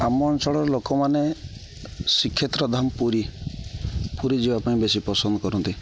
ଆମ ଅଞ୍ଚଳର ଲୋକମାନେ ଶ୍ରୀକ୍ଷେତ୍ର ଧାମ ପୁରୀ ପୁରୀ ଯିବା ପାଇଁ ବେଶୀ ପସନ୍ଦ କରନ୍ତି